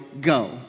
go